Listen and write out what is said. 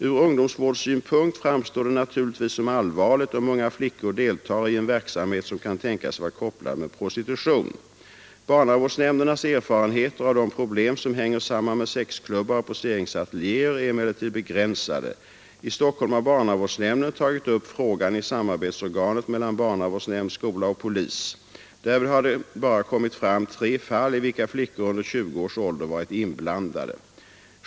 Ur ungdomsvårdssynpunkt framstår det naturligtvis som allvarligt, om unga flickor deltar i en verksamhet som kan tänkas vara kopplad med prostitution. Barnavårdsnämndernas erfarenheter av de problem som hänger samman med sexklubbar och poseringsateljeer är emellertid begränsade. I Stockholm har barnavårdsnämnden tagit upp frågan i samarbetsorganet mellan barnavårdsnämnd, skola och polis Därvid har det bara kommit fram tre fall i vilka flickor under 20 års ålder varit inblandade.